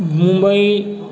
Mumbai